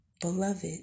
Beloved